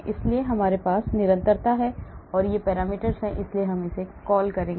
इसलिए हमारे पास निरंतरता है ये पैरामीटर हैं इसलिए हम इसे कॉल करेंगे